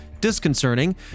disconcerting